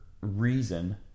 reason